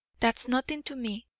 that's nothing to me.